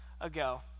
ago